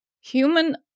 human